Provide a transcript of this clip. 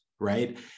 right